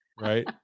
right